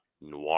noir